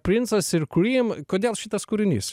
princas ir cream kodėl šitas kūrinys